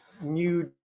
new